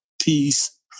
peace